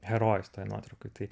herojus toj nuotraukoj tai